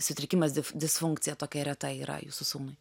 sutrikimas disfunkcija tokia reta yra jūsų sūnui